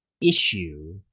issue